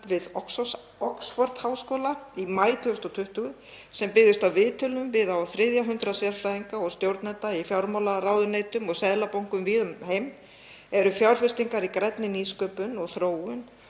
við Oxford-háskóla í maí 2020, sem byggðist á viðtölum við á þriðja hundrað sérfræðinga og stjórnenda í fjármálaráðuneytum og seðlabönkum víða um heim, eru fjárfestingar í grænni nýsköpun og þróun